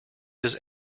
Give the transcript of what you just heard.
does